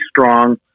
strong